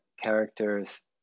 characters